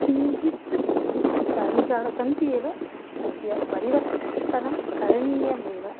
किञ्जित् धार्मिकाः सन्ति एव अस्य परिवर्तनं करणीयमेव